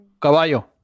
Caballo